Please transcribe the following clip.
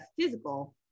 physical